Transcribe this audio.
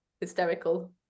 hysterical